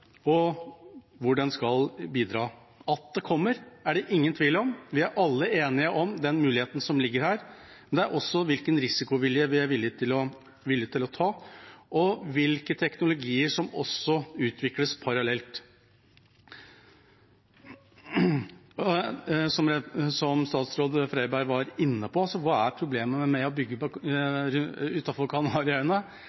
og hvor den skal bidra? At det kommer, er det ingen tvil om. Vi er alle enige om den muligheten som ligger her, men dette handler også om hvilken risiko vi er villig til å ta, og hvilke teknologier som utvikles parallelt. Som statsråd Freiberg var inne på: Hva er problemet med å bygge